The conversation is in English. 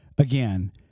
Again